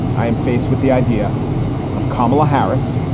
i am faced with the idea of kamala harris,